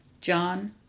John